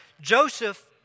Joseph